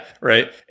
Right